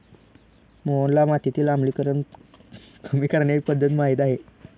मोहनला मातीतील आम्लीकरण कमी करण्याची पध्दत माहित आहे